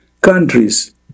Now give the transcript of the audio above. countries